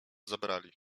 zabrali